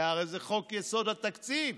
כי הרי זה חוק-יסוד: התקציב,